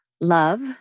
love